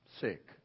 sick